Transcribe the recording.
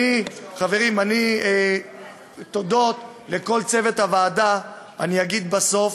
חברים, תודות לכל צוות הוועדה אני אגיד בסוף,